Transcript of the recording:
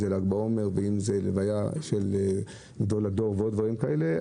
אם זה בל"ג בעומר ואם זה בהלוויה של גדול הדור ועוד דברים כאלה,